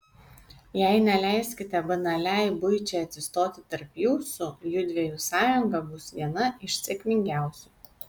jei neleiskite banaliai buičiai atsistoti tarp jūsų judviejų sąjunga bus viena iš sėkmingiausių